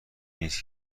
نیست